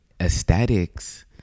aesthetics